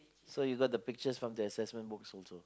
so you got the pictures from the assessment books also